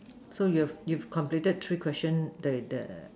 so you have you have completed three questions the the